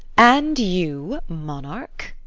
and you, monarch!